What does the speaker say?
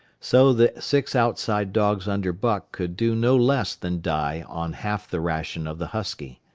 so the six outside dogs under buck could do no less than die on half the ration of the husky.